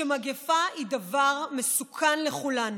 שמגפה היא דבר מסוכן לכולנו,